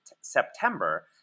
September